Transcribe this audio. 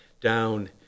down